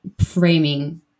framing